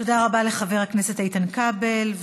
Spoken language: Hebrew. תודה רבה לחבר הכנסת איתן כבל.